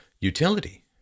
utility